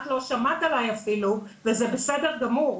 את לא שמעת עליי אפילו וזה בסדר גמור,